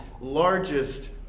largest